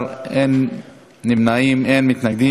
בעד, 13. אין נמנעים, אין מתנגדים.